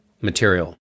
material